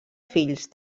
fills